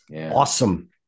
awesome